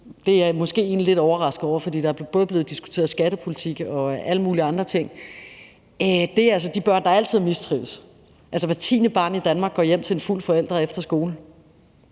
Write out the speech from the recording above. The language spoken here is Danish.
det er jeg egentlig lidt overrasket over, for der er både blevet diskuteret skattepolitik og alle mulige andre ting, er de børn, der altid har mistrivedes. Hvert tiende barn i Danmark går hjem til en fuld forælder efter skole.